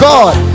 God